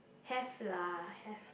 have lah have